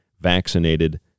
Vaccinated